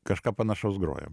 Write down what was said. kažką panašaus grojom